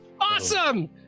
Awesome